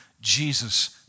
Jesus